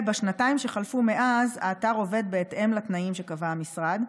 בשנתיים שחלפו מאז האתר עובד בהתאם לתנאים שקבע המשרד,